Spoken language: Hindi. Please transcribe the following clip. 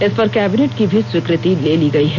इसपर कैंबिनेट की भी स्वीकृति ले ली गई है